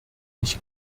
ich